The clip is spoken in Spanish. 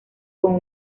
con